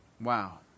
Wow